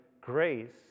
grace